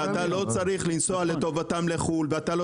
ואתה לא צריך לנסוע לטובתם לחו"ל ואתה לא